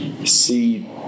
see